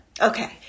Okay